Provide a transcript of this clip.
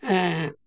ᱦᱮᱸ